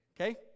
Okay